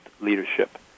leadership